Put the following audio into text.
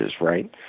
right